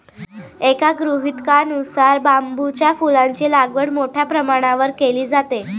एका गृहीतकानुसार बांबूच्या फुलांची लागवड मोठ्या प्रमाणावर केली जाते